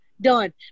done